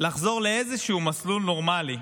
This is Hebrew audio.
לחזור לאיזשהו מסלול נורמלי,